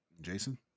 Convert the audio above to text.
Jason